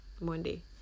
Monday